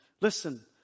Listen